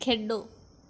ਖੇਡੋ